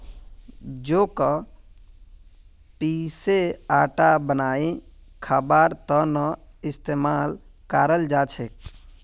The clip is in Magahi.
जौ क पीसे आटा बनई खबार त न इस्तमाल कराल जा छेक